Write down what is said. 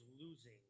losing